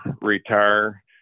retire